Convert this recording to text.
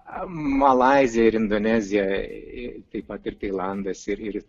malaizija ir indonezija taip pat ir tailandas ir